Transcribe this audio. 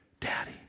Daddy